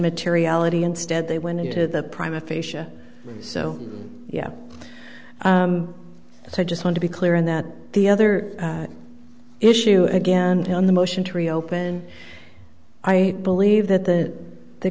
materiality instead they went into the prime aphasia so yeah so i just want to be clear in that the other issue again on the motion to reopen i believe that the